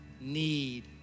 need